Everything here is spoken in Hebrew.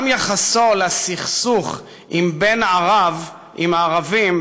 גם יחסו לסכסוך עם "בן ערב" עם הערבים,